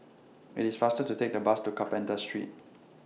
IT IS faster to Take The Bus to Carpenter Street